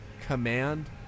command